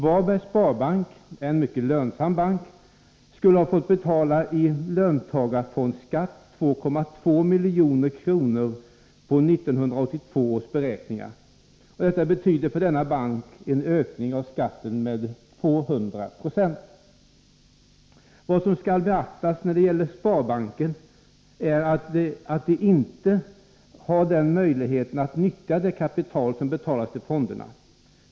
Varbergs Sparbank, en mycket lönsam bank, skulle ha fått betala i löntagarfondsskatt 2,2 milj.kr. på 1982 års beräkningar. Det betyder för denna bank en ökning av skatten med 200 96. Vad som skall beaktas när det gäller sparbanker är att de inte har möjlighet att nyttja det kapital som betalas till fonderna.